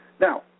Now